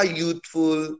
youthful